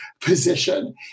position